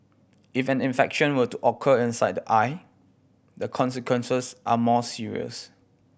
if an infection were to occur inside the eye the consequences are more serious